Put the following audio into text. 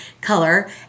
color